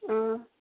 ஆ